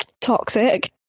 toxic